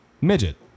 midget